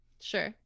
Sure